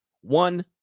one